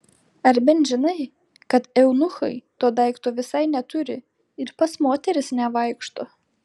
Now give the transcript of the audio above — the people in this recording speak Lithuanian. ar bent žinai kad eunuchai to daikto visai neturi ir pas moteris nevaikšto